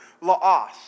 laos